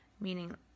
meaning